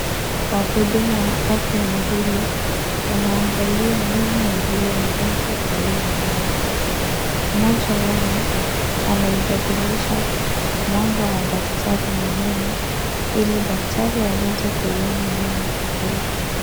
Waudumu wa afya wawili wanaangalia meno ya yule mgonjwa aliyelala, mmoja wao anaibadilisha mwanga wa daktari wa meno ili daktari aweze kuiona meno vizuri.